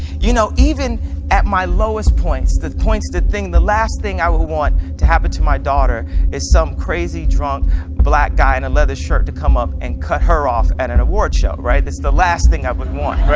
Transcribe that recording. you know even at my lowest points, the points to thing. the last thing i would want to happen to my daughter is some crazy drunk black guy and a leather shirt to come up and cut her off at an award show right. that's the last thing i would want